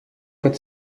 could